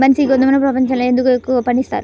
బన్సీ గోధుమను ప్రపంచంలో ఎందుకు ఎక్కువగా పండిస్తారు?